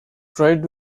trade